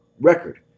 record